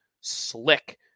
Slick